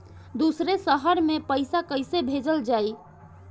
दूसरे शहर में पइसा कईसे भेजल जयी?